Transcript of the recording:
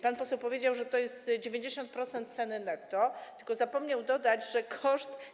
Pan poseł powiedział, że to jest 90% ceny netto, tylko zapomniał dodać, że koszt.